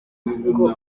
ngo